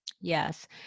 Yes